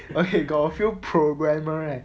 okay got a few programmer right